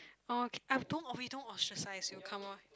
orh okay I don't we don't ostracise you come on